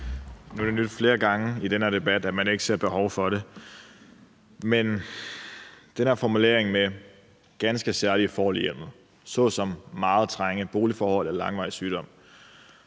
Nu har det lydt flere gange i den her debat, at man ikke ser behov for det, men den her formulering med ganske særlige forhold i hjemmet såsom meget trange boligforhold eller langvarig sygdom